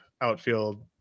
outfield